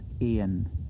Ian